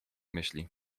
myśli